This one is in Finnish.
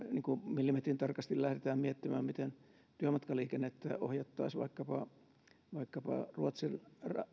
millimetrintarkasti lähdetään miettimään miten työmatkaliikennettä ohjattaisiin vaikkapa vaikkapa ruotsin